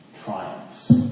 triumphs